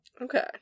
Okay